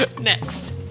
Next